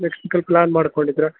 next ವೀಕಲ್ಲಿ plan ಮಾಡ್ಕೊಂಡಿದ್ರಾ